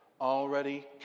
already